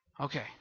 Okay